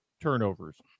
turnovers